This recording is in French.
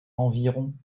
environ